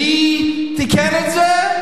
מי תיקן את זה?